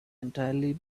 entirely